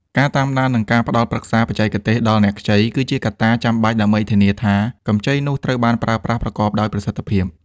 ការតាមដាន និងការផ្ដល់ប្រឹក្សាបច្ចេកទេសដល់អ្នកខ្ចី គឺជាកត្តាចាំបាច់ដើម្បីធានាថា កម្ចីនោះត្រូវបានប្រើប្រាស់ប្រកបដោយប្រសិទ្ធភាព។